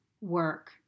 work